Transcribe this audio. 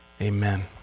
Amen